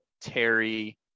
Terry